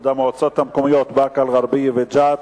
המועצות המקומיות באקה-אל-ע'רביה וג'ת),